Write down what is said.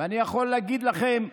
אני יכול להגיד לכם,